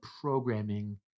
programming